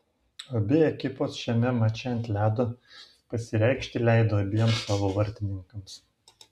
abi ekipos šiame mače ant ledo pasireikšti leido abiem savo vartininkams